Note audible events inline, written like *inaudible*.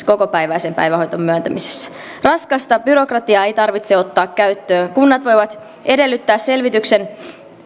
*unintelligible* kokopäiväisen päivähoitopaikan myöntämisessä raskasta byrokratiaa ei tarvitse ottaa käyttöön kunnat voivat edellyttää selvityksen